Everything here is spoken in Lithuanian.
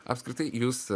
apskritai jūs